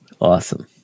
Awesome